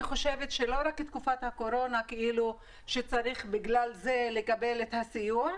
אני חושבת שלא רק בגלל תקופת קורונה צריך לקבל את הסיוע,